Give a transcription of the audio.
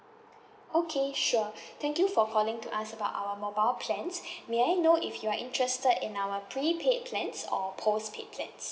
okay sure thank you for calling to ask about our mobile plans may I know if you are interested in our prepaid plans or postpaid plans